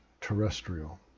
terrestrial